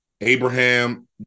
Abraham